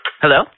Hello